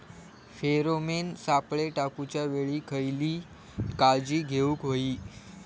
Pheromone सापळे टाकूच्या वेळी खयली काळजी घेवूक व्हयी?